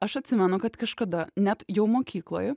aš atsimenu kad kažkada net jau mokykloj